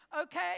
Okay